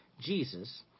Jesus